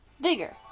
bigger